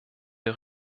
der